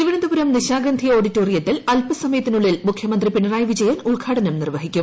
തിരുവനന്തപുരം നിശാഗന്ധി ഓഡിളോറിയത്തിൽ അല്പ സമയത്തിനുള്ളിൽ മുഖ്യമന്ത്രി പിണ്ടുട്ടിയി വിജയൻ ഉദ്ഘാടനം നിർവ്വഹിക്കും